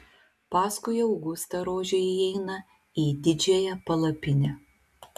paskui augustą rožė įeina į didžiąją palapinę